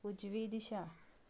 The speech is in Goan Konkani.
उजवी दिशा